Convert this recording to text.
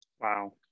Wow